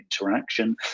interaction